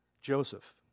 Joseph